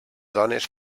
dones